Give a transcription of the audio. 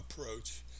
approach